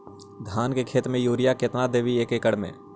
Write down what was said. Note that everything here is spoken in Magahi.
धान के खेत में युरिया केतना देबै एक एकड़ में?